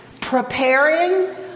preparing